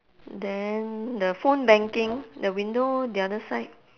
then the phone banking the window the other side